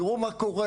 תראו מה קורה.